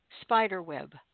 Spiderweb